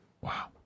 Wow